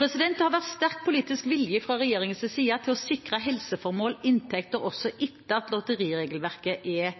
Det har vært sterk politisk vilje fra regjeringens side til å sikre helseformål inntekter også etter at lotteriregelverket er